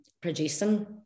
producing